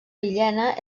villena